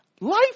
Life